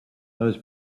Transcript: those